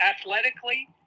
athletically